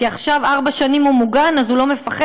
עכשיו ארבע שנים הוא מוגן אז הוא לא מפחד?